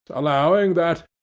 allowing that,